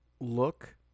look